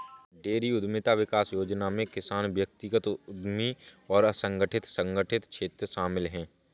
dairy उद्यमिता विकास योजना में किसान व्यक्तिगत उद्यमी और असंगठित संगठित क्षेत्र शामिल है